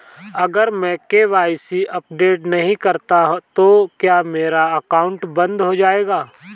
अगर मैं KYC update नहीं करता तो क्या मेरा अकाउंट बंद हो जाएगा?